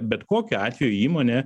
bet kokiu atveju įmonė